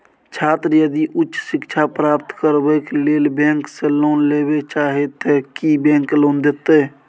छात्र यदि उच्च शिक्षा प्राप्त करबैक लेल बैंक से लोन लेबे चाहे ते की बैंक लोन देतै?